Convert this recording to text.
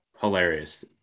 Hilarious